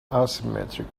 asymmetric